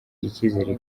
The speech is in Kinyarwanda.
icyizere